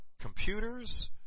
computers